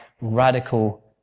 radical